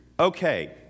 okay